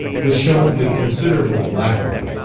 was shown with considerable alacrity.